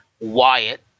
Wyatt